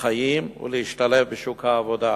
לחיים ולהשתלב בשוק העבודה.